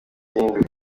gihinduka